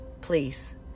please